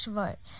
vote